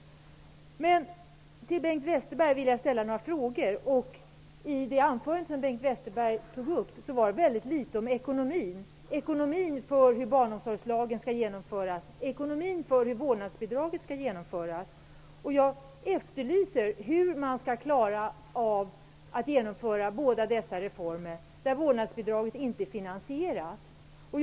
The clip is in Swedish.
Bengt Westerbergs anförande talades det väldigt litet om ekonomin, ekonomin för hur barnomsorgslagen skall genomföras och ekonomin för hur vårdnadsbidraget skall genomföras. Jag efterlyser en beskrivning av hur man skall klara av att genomföra båda dessa reformer, när vårdnadsbidraget inte är finansierat.